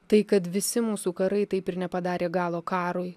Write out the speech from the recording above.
tai kad visi mūsų karai taip ir nepadarė galo karui